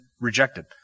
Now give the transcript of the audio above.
rejected